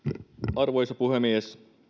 arvoisa puhemies